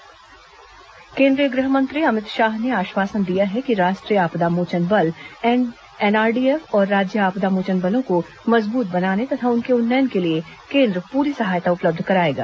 गृह मंत्री एनडीआरएफ केंद्रीय गृह मंत्री अमित शाह ने आश्वासन दिया है कि राष्ट्रीय आपदा मोचन बल एनडीआरएफ और राज्य आपदा मोचन बलों को मजबूत बनाने तथा उनके उन्नयन के लिए केंद्र पूरी सहायता उपलब्ध कराएगा